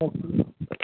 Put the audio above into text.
okay